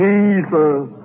Jesus